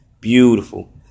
Beautiful